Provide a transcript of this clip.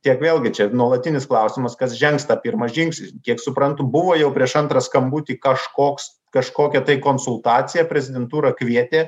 tiek vėlgi čia nuolatinis klausimas kas žengs tą pirmą žingsnį kiek suprantu buvo jau prieš antrą skambutį kažkoks kažkokia tai konsultacija prezidentūra kvietė